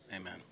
amen